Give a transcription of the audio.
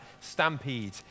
stampede